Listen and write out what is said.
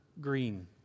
green